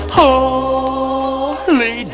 holy